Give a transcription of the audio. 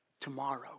Tomorrow